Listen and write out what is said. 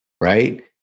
right